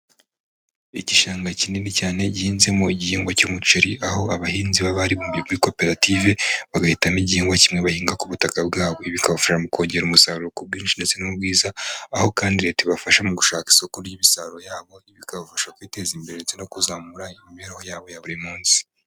Igishanga kinini cyane gihinzemo igihingwa cy'umuceri, aho abahinzi baba baribumbiye muri koperative, bagahitamo igihingwa kimwe bahinga ku butaka bwabo, ibi bikabafasha mu kongera umusaruro ku bwinshi ndetse no mu bwiza, aho kandi leta ibafasha mu gushaka isoko ry'imisaruro yabo, bikabafasha kwiteza imbere ndetse no kuzamura imibereho yabo ya buri munsi.